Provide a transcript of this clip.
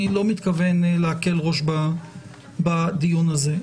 אני לא מתכוון להקל ראש בדיון הזה.